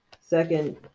Second